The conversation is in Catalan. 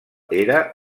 era